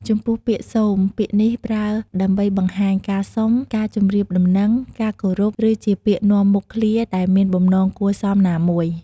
ចំពោះពាក្យ សូម ពាក្យនេះប្រើដើម្បីបង្ហាញការសុំ ការជម្រាបដំណឹង ការគោរព ឬជាពាក្យនាំមុខឃ្លាដែលមានបំណងគួរសមណាមួយ។